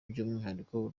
by’umwihariko